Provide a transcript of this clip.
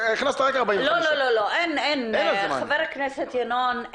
חבר הכנסת ינון,